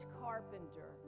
carpenter